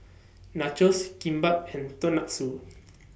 Nachos Kimbap and Tonkatsu